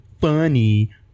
funny